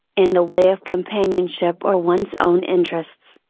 in the way of companionship or one's own interests.